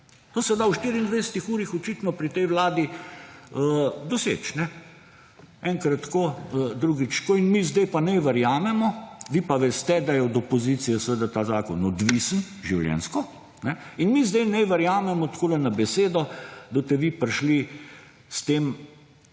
To se da v 24 urah očitno pri tej Vladi doseči, enkrat tako, drugič tako in mi zdaj pa naj verjamemo, vi pa veste, da je od opozicije seveda ta zakon odvisen, življenjsko in mi zdaj naj verjamemo takole na besedo, da boste vi prišli s tem